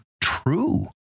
true